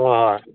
ꯑꯥ